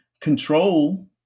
control